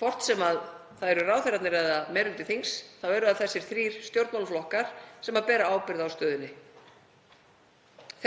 Hvort sem það eru ráðherrarnir eða meiri hluti þings þá eru það þessir þrír stjórnmálaflokkar sem bera ábyrgð á stöðunni.